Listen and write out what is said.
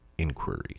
Inquiry